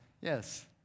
Yes